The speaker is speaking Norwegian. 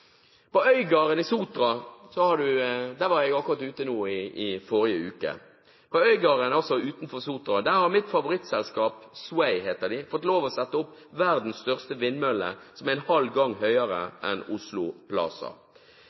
i Øygarden utenfor Sotra. Der har mitt favorittselskap – Sway heter de – fått lov til å sette opp verdens største vindmølle, som er en halv gang høyere enn Oslo